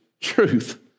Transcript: truth